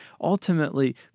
ultimately